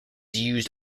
used